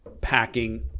packing